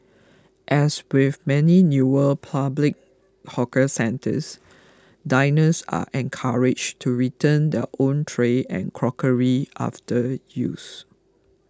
as with many newer public hawker centres diners are encouraged to return their own tray and crockery after use